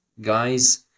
Guys